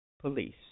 police